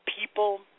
people